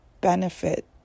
benefit